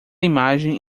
imagem